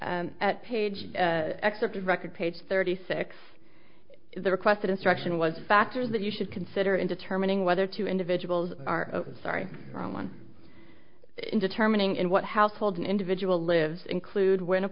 at page excerpted record page thirty six the requested instruction was factors that you should consider in determining whether two individuals are sorry one in determining and what household an individual lives include w